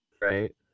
Right